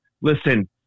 listen